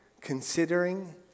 considering